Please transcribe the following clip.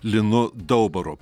linu daubaru